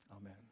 amen